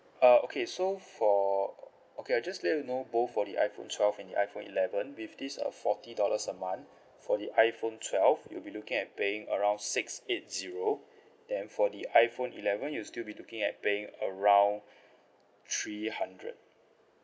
uh okay so for okay I'll just let you know both for the iPhone twelve and the iPhone eleven with this uh forty dollars a month for the iPhone twelve you'll be looking at paying around six eight zero then for the iPhone eleven you'll still be looking at paying around three hundred